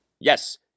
Yes